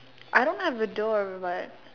I don't have a door but